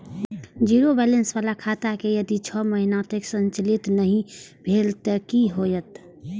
Zero balance बाला खाता में यदि छः महीना तक संचालित नहीं भेल ते कि होयत?